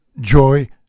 Joy